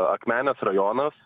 akmenės rajonas